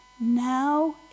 Now